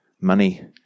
Money